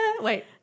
Wait